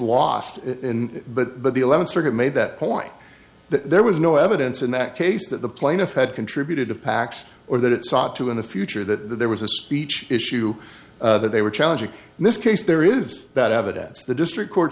lost but the eleventh circuit made that point that there was no evidence in that case that the plaintiff had contributed to pacs or that it sought to in the future that there was a speech issue that they were challenging in this case there is that evidence the district court